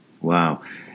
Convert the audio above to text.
Wow